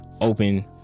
open